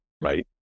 Right